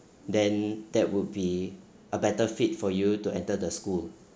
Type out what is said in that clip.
then that would be a better fit for you to enter the school